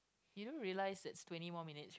you don't realise it's twenty more minutes